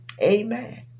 Amen